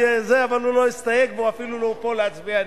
אבל הוא לא הסתייג והוא אפילו לא פה להצביע נגד,